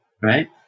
right